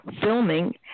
filming